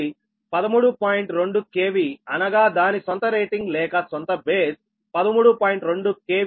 2 KV అనగా దాని సొంత రేటింగ్ లేక సొంత బేస్ 13